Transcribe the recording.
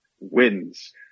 wins